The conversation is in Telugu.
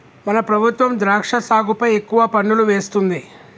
మన ప్రభుత్వం ద్రాక్ష సాగుపై ఎక్కువ పన్నులు వేస్తుంది